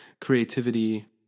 creativity